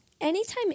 anytime